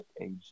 age